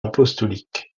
apostolique